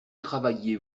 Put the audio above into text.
travailliez